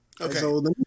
Okay